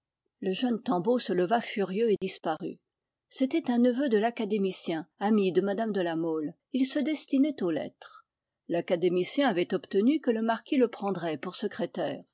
le jeune tanbeau se leva furieux et disparut c'était un neveu de l'académicien ami de mme de la mole il se destinait aux lettres l'académicien avait obtenu que le marquis le prendrait pour secrétaire